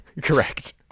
correct